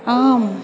आम्